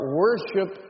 worship